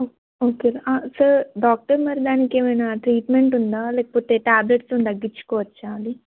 ఓ okay sir doctor మరి దానికి ఏమైనా ట్రీట్మెంట్ ఉందా లేకపోతే ట్యాబ్లెట్స్తో తగ్గించుకోవచ్చా అది